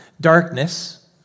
darkness